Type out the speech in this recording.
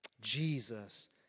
Jesus